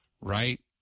Right